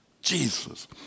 Jesus